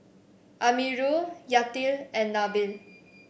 Amirul Yati and Nabil